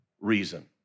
reason